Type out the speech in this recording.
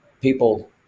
people